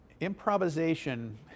Improvisation